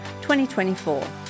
2024